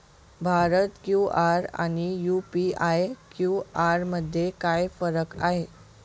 Bharat QR आणि UPI QR मध्ये काय फरक आहे?